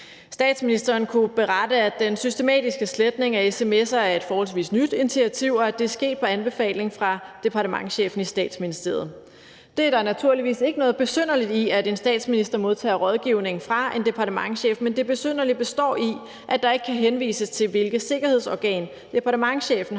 Statsministeren kunne berette, at den systematiske sletning af sms'er er et forholdsvis nyt initiativ, og at det er sket på anbefaling af departementschefen i Statsministeriet. Det er der naturligvis ikke noget besynderligt i, altså at en statsminister modtager rådgivning fra en departementschef, men det besynderlige består i, at der ikke kan henvises til, hvilket sikkerhedsorgan departementschefen har